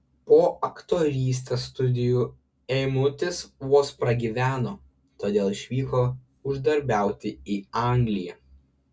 po aktorystės studijų eimutis vos pragyveno todėl išvyko uždarbiauti į angliją